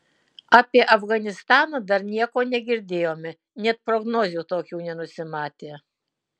apie afganistaną dar nieko negirdėjome net prognozių tokių nenusimatė